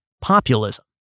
populism